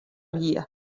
wie